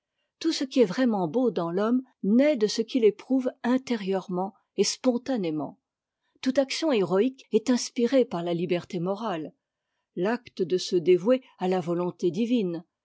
tout ce qui est vraiment beau dans l'homme nait de ce qu'il éprouve intérieurement et spontanément toute action héroïque est inspirée par la liberté morale l'acte de se dévouer à la volonté divine